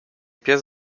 pies